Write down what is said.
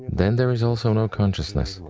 then there is also no consciousness,